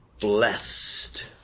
Blessed